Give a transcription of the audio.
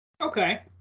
Okay